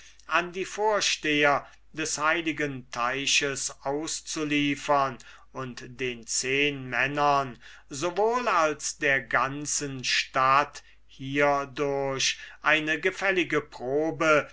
an die vorsteher des heiligen teiches auszuliefern und den zehnmännern sowohl als der ganzen stadt hiedurch eine gefällige probe